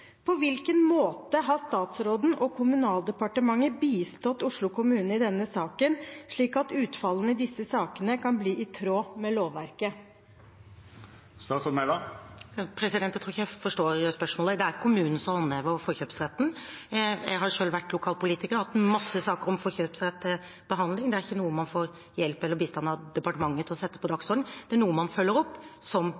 På hvilken måte har statsråden og Kommunaldepartementet bistått Oslo kommune i denne saken, slik at utfallene i disse sakene kan bli i tråd med lovverket? Jeg tror ikke jeg forstår spørsmålet. Det er kommunen som håndhever forkjøpsretten. Jeg har selv vært lokalpolitiker, jeg har hatt mange saker om forkjøpsrett til behandling. Det er ikke noe man får hjelp eller bistand av departementet til å sette på